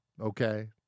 okay